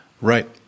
Right